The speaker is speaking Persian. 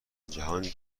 جهانی